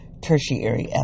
tertiary